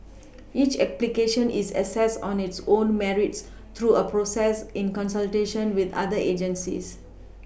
each application is assessed on its own Merits through a process in consultation with other agencies